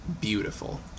beautiful